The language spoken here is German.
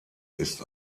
ist